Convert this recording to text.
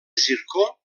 zircó